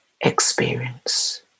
experience